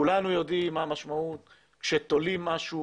כולנו יודעים מה המשמעות שתולים משהו,